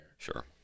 Sure